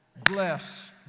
Bless